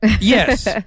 yes